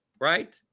Right